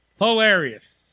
Hilarious